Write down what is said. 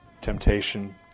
temptation